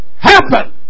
happen